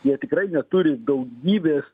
jie tikrai neturi daugybės